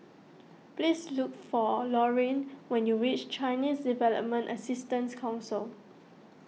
please look for Lorean when you reach Chinese Development Assistance Council